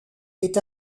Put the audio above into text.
est